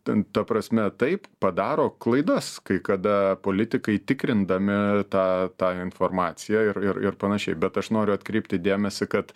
ten ta prasme taip padaro klaidas kai kada politikai tikrindami tą tą informaciją ir ir ir panašiai bet aš noriu atkreipti dėmesį kad